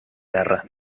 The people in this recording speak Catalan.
guerra